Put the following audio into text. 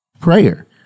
prayer